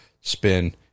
spin